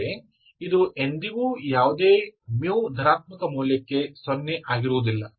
ಆದರೆ ಇದು ಎಂದಿಗೂ ಯಾವುದೇ μ ಧನಾತ್ಮಕ ಮೌಲ್ಯಕ್ಕೆ ಸೊನ್ನೆ ಆಗಿರುವುದಿಲ್ಲ